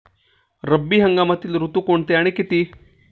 रब्बी हंगामातील ऋतू कोणते आणि किती?